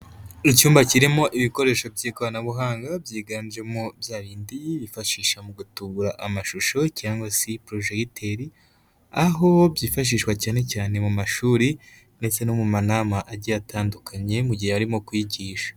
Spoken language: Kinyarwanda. Icyumba kirimo ibikoresho by'ikoranabuhanga byiganjemo bya bindi bifashisha mu gutubura amashusho cyangwa se projegiteri, aho byifashishwa cyane cyane mu mashuri ndetse no mu manama agiye atandukanye mu gihe arimo kwigisha.